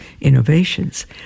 innovations